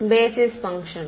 மாணவர் basis function